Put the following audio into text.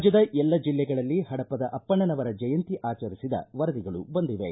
ರಾಜ್ಯದ ಎಲ್ಲ ಜಿಲ್ಲೆಗಳಲ್ಲಿ ಹಡಪದ ಅಪ್ಪಣ್ಣವರ ಜಯಂತಿ ಆಚರಿಸಿದ ವರದಿಗಳು ಬಂದಿವೆ